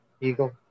Eagle